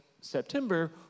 September